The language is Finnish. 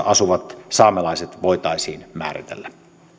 asuvat saamelaiset voitaisiin määritellä